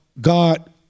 God